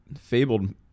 fabled